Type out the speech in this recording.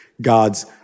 God's